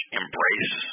embrace